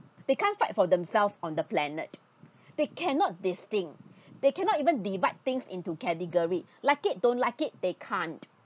they can't fight for themselves on the planet that cannot distinct they cannot even divide things into category like it don't like it they can't